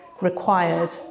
required